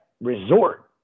resort